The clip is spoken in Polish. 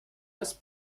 jest